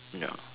no